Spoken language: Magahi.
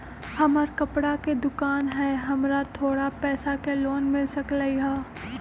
हमर कपड़ा के दुकान है हमरा थोड़ा पैसा के लोन मिल सकलई ह?